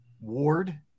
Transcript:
Ward